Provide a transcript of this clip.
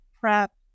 prep